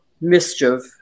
mischief